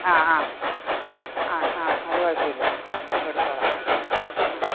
ആ ആ ആ ആ അത് കുഴപ്പമില്ല ഞാൻ കൊടുത്തോള്ളാം ആ